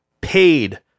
paid